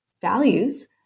values